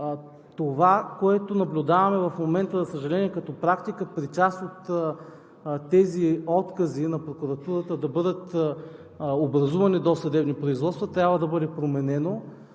Това, което наблюдаваме в момента, за съжаление, като практика при част от тези откази на прокуратурата да бъдат образувани досъдебни производства, трябва да бъде променено.